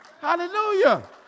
Hallelujah